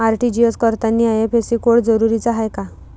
RTGS करतांनी IFSC code जरुरीचा हाय का?